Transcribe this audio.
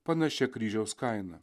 panašia kryžiaus kaina